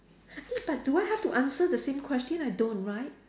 eh but do I have to answer the same question I don't right